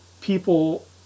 people